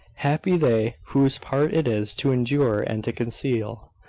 happy they whose part it is to endure and to conceal,